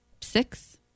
six